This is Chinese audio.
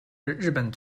日本